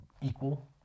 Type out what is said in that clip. equal